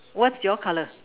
what's your color